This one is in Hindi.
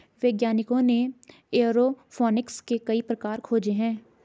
वैज्ञानिकों ने एयरोफोनिक्स के कई प्रकार खोजे हैं